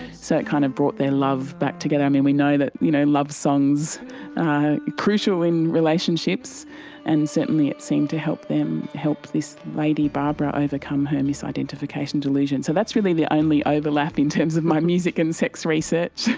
so it kind of brought their love back together. um we know that you know love songs are crucial in relationships and certainly it seemed to help them, help this lady barbara overcome her misidentification delusion. so that's really the only overlap in terms of my music and sex research.